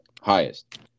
highest